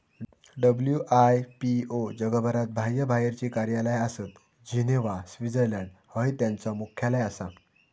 WIPO जगभरात बाह्यबाहेरची कार्यालया आसत, जिनेव्हा, स्वित्झर्लंड हय त्यांचा मुख्यालय आसा